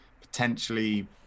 potentially